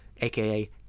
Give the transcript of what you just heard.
aka